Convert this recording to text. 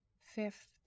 fifth